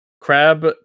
Crab